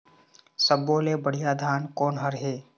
सब्बो ले बढ़िया धान कोन हर हे?